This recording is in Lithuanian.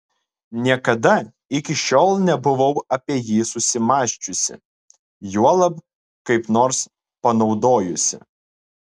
niekada iki šiol nebuvau apie jį susimąsčiusi juolab kaip nors panaudojusi